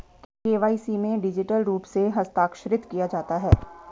KYC में digital रूप से हस्ताक्षरित किया जाता है